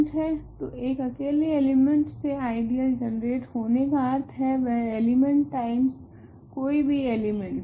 तो एक अकेले एलिमेंट से आइडियल जनरेट होने का अर्थ है वह एलिमेंट टाइम्स कोई भी एलिमेंट